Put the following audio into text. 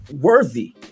worthy